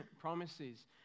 promises